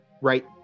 right